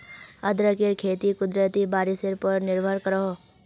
अदरकेर खेती कुदरती बारिशेर पोर निर्भर करोह